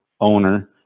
owner